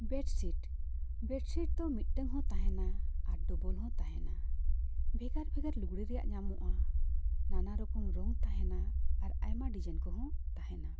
bedsheet bedsheet ᱫᱚ ᱢᱤᱫᱴᱟᱝ ᱦᱚᱸ ᱛᱟᱦᱮᱱᱟ ᱟᱨ ᱰᱚᱵᱚᱞ ᱦᱚᱸ ᱛᱟᱦᱮᱱᱟ ᱵᱷᱮᱜᱟᱨ ᱵᱷᱮᱜᱟᱨ ᱞᱩᱜᱽᱲᱤᱡ ᱨᱮᱭᱟᱜ ᱧᱟᱢᱚᱜᱼᱟ ᱱᱟᱱᱟ ᱨᱚᱠᱚᱢ ᱨᱚᱝ ᱛᱟᱦᱮᱱᱟ ᱟᱨ ᱟᱭᱢᱟ ᱰᱤᱡᱟᱭᱤᱱ ᱠᱚᱦᱚᱸ ᱛᱟᱦᱮᱱᱟ